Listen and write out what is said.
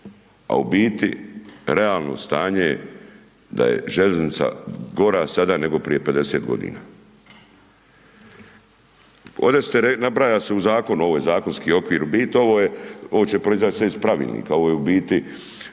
a u biti realno stanje je da je željeznica gora sada nego prije 50 godina. Ode ste rekli, nabraja se u zakonu, ovo je zakonski okvir u biti, ovo je, ovo će proizać sve iz pravilnika, ovo je u biti